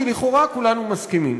כי לכאורה כולנו מסכימים.